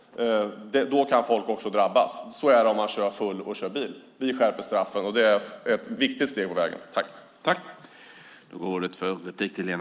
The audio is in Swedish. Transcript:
Då kan folk drabbas. Nu skärper vi straffen, och det är ett viktigt steg på vägen.